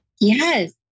Yes